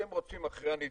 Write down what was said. אתם רודפים אחרי הנדבקים,